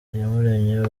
iyamuremye